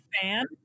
fan